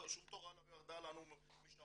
ושום תורה לא ירדה לנו משמיים,